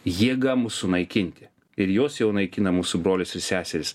jėga mus sunaikinti ir jos jau naikina mūsų brolius ir seseris